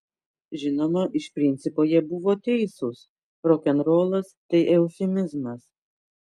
žinoma iš principo jie buvo teisūs rokenrolas tai eufemizmas